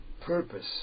purpose